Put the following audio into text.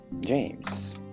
James